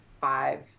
five